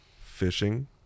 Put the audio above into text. fishing